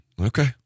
Okay